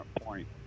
point